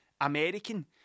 American